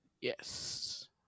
Yes